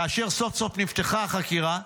כאשר סוף-סוף נפתחה החקירה,